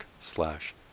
slash